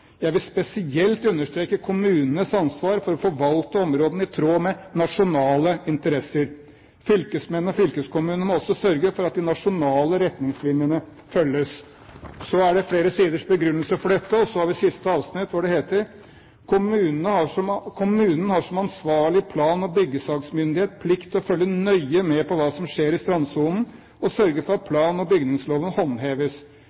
Jeg vil spesielt understreke kommunenes ansvar for å forvalte områdene i tråd med nasjonale interesser. Fylkesmennene og fylkeskommunene må også sørge for at de nasjonale retningslinjene følges.» Så er det flere siders begrunnelse for dette, og så er det siste avsnitt, hvor det heter: «Kommunen har som ansvarlig plan- og byggesaksmyndighet plikt til å følge nøye med på hva som skjer i strandsonen og sørge for at